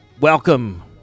welcome